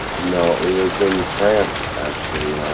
no it was in france actually.